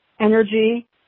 energy